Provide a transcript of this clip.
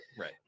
right